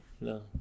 No